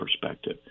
perspective